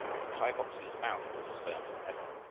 but kai bok-su's mouth was as firm as ever,